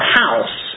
house